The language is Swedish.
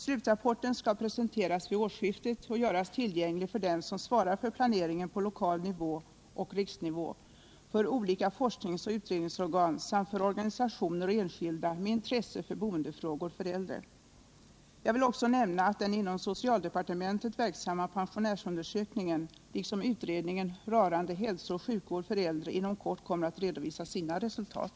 Slutrapporten skall presenteras vid årsskiftet och göras tillgänglig för dem som svarar för planeringen på lokal nivå och riksnivå, för olika forskningsoch utredningsorgan samt för organisationer och enskilda med intresse för boendefrågor för äldre. Jag vill också nämna att den inom socialdepartementet verksamma pensionärsundersökningen liksom utredningen rörande hälsooch sjukvård för äldre inom kort kommer att redovisa sina resultat.